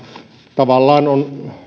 tavallaan on